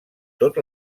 tot